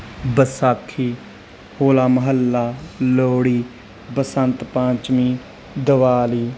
Vaisakhi Hola Mohalla Lohri Basant Panchami Diwali